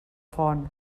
font